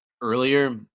earlier